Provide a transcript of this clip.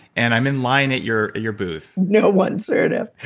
and i'm in line at your your booth no one's heard of.